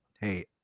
hey